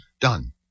done